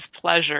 pleasure